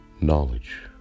Knowledge